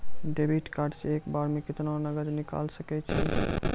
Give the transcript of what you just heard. Debit card से एक बार मे केतना नगद निकाल सके छी?